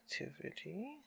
activity